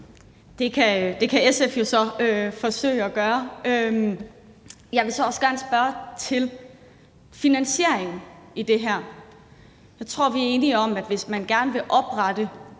Det kan SF jo så forsøge at gøre. Jeg vil så også gerne spørge til finansieringen af det her. Jeg tror, vi er enige om, at hvis man gerne vil oprette